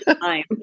time